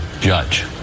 judge